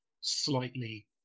slightly